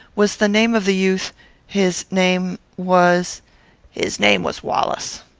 was the name of the youth his name was his name was wallace.